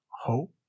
hope